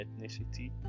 ethnicity